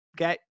Okay